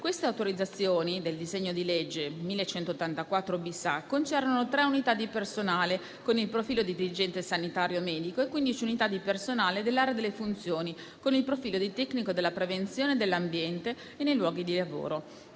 autorizzate dal disegno di legge n. 1184-*bis* concernono tre unità di personale con il profilo di dirigente sanitario medico e quindici unità di personale dell'area dei funzionari con il profilo di tecnico della prevenzione nell'ambiente e nei luoghi di lavoro.